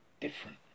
different